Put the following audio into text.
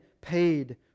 paid